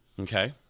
Okay